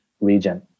region